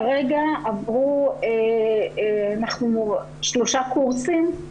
כרגע עברו שלושה קורסים,